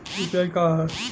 UPI का ह?